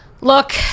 look